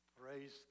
Praise